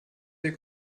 der